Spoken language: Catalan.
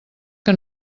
que